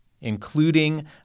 including